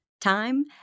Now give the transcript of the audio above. time